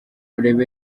urebe